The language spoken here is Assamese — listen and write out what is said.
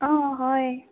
অ হয়